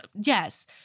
yes